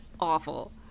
awful